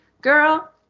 girl